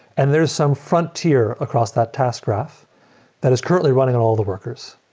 and there is some frontier across that task graph that is currently running on all the workers.